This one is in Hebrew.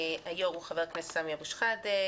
היושב ראש הוא חבר הכנסת סמי אבו שחאדה,